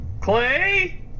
Clay